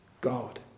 God